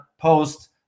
post